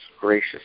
gracious